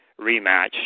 rematch